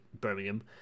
birmingham